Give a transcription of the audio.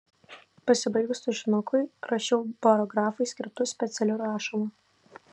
pasibaigus tušinukui rašiau barografui skirtu specialiu rašalu